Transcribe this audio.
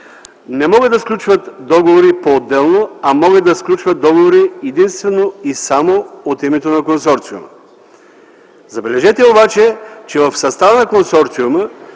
Не могат да сключват договори поотделно, а могат да сключват договори единствено и само от името на консорциума. Забележете обаче, че в състава на консорциума